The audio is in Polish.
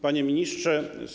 Panie Ministrze!